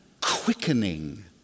quickening